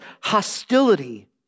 hostility